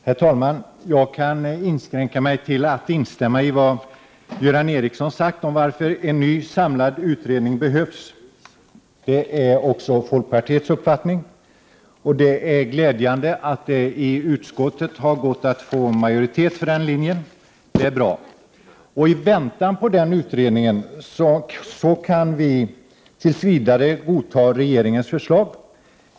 Herr talman! Jag kan inskränka mig till att instämma i vad Göran Ericsson sade om varför en ny samlad utredning behövs. Folkpartiet delar den uppfattningen. Det är glädjande och bra att det har gått att få majoritet för den linjen i utskottet. I väntan på den utredningen kan vi tills vidare godta regeringens förslag.